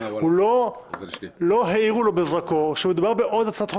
לא האירו לו בזרקור שמדובר בעוד הצעת חוק